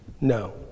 No